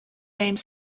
named